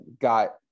got